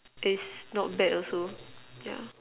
taste not bad also yeah